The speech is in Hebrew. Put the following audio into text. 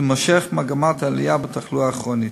תימשך מגמת העלייה בתחלואה הכרונית.